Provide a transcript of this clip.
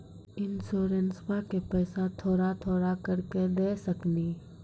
इंश्योरेंसबा के पैसा थोड़ा थोड़ा करके दे सकेनी?